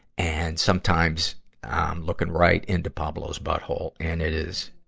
and sometimes, i'm looking right into pablo's butthole. and it is,